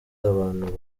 abantu